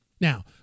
Now